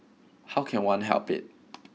how can one help it